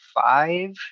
five